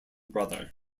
brother